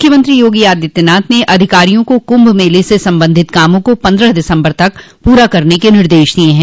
मुख्यमंत्री योगी आदित्यनाथ ने अधिकारियों को कुम्भ मेला से संबंधित कामों को पन्द्रह दिसम्बर तक पूरा करने के निर्देश दिये हैं